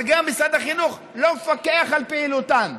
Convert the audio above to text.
אבל גם משרד החינוך לא מפקח על פעילותן.